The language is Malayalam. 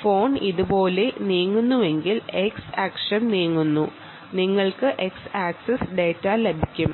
ഫോൺ ഇതുപോലെ നീങ്ങുന്നുവെങ്കിൽ x ആക്സിസ് നീങ്ങുന്നു നിങ്ങൾക്ക് x ആക്സിസ് ഡാറ്റ ലഭിക്കും